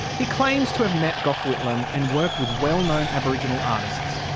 he claims to have met gough whitlam and worked with well known aboriginal artists.